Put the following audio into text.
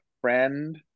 friend